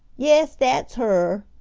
yes, that's her,